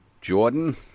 Jordan